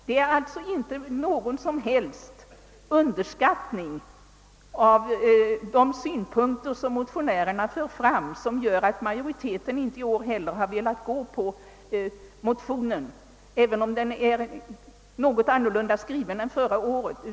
Det är alltså inte någon som helst underskattning av de av motionärerna framförda synpunkterna som gör att majoriteten inte heller i år har velat tillstyrka motionen, även om den skrivits något annorlunda än förra året.